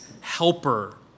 helper